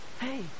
hey